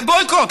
זה Boycott,